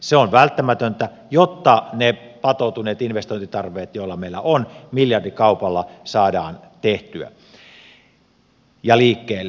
se on välttämätöntä jotta ne patoutuneet investointitarpeet joita meillä on miljardikaupalla saadaan tehtyä ja liikkeelle